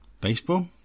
Baseball